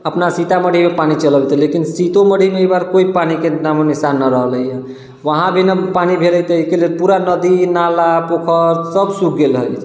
अपना सीतामढ़ीमे पानि चलि अबैत रहलैया लेकिन सीतोमढ़ीमे एहिबेर कोइ पानिके नामो निशान नहि रहलैया वहाँ भी नहि पानि भेलै तऽ एहिके लेल पूरा नदी नाला पोखरि सब सूख गेल रहलैया